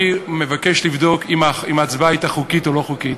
אני מבקש לבדוק אם ההצבעה הייתה חוקית או לא חוקית,